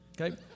okay